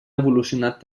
evolucionat